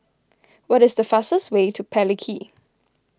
what is the fastest way to Palikir